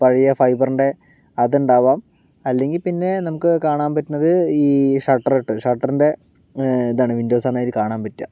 പഴയ ഫൈബറിൻ്റെ അതുണ്ടാവാം അല്ലെങ്കിൽ പിന്നെ നമുക്ക് കാണാൻ പറ്റുന്നത് ഈ ഷട്ടറിട്ട് ഷട്ടറിൻ്റെ ഇതാണ് വിൻഡോസാണതിൽ കാണാൻ പറ്റുക